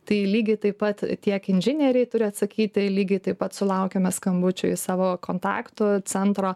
tai lygiai taip pat tiek inžinieriai turi atsakyti lygiai taip pat sulaukiame skambučių į savo kontaktų centro